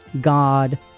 God